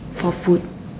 for food